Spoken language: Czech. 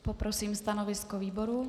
Poprosím stanovisko výboru.